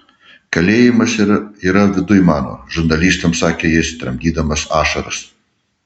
kalėjimas yra viduj mano žurnalistams sakė jis tramdydamas ašaras